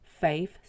faith